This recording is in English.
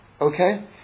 Okay